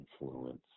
influence